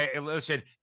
Listen